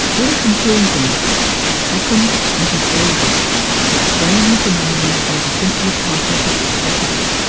in conclusion ockham and his razor explain the phenomenon by the simplest hypothesis possible.